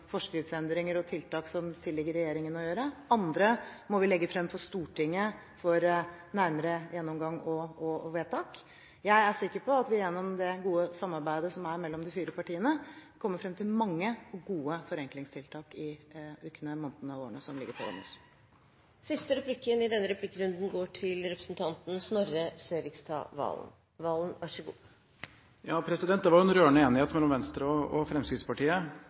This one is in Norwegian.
forskriftsendringer og tiltak som det tilligger regjeringen å gjøre, andre ting må vi legge frem for Stortinget for nærmere gjennomgang og vedtak. Jeg er sikker på at vi gjennom det gode samarbeidet som er mellom de fire partiene, kommer frem til mange og gode forenklingstiltak i ukene, månedene og årene som ligger foran oss. Det var en rørende enighet mellom Venstre og Fremskrittspartiet.